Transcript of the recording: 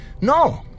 No